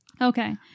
Okay